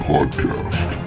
Podcast